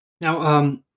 Now